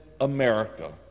America